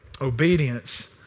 Obedience